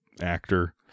actor